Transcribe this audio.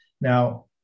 Now